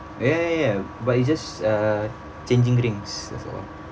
ya ya ya ya but it's just uh changing dreams that's all